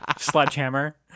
sledgehammer